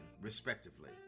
respectively